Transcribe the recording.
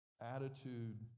attitude